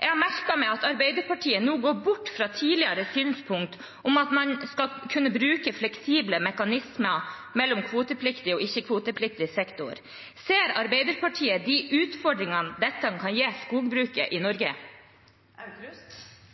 Jeg har merket meg at Arbeiderpartiet nå går bort fra tidligere synspunkt om at man skal kunne bruke fleksible mekanismer mellom kvotepliktig og ikke-kvotepliktig sektor. Ser Arbeiderpartiet de utfordringene dette kan gi skogbruket i